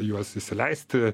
juos įsileisti